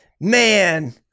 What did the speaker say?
man